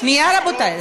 שנייה, רבותי.